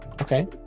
Okay